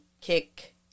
kick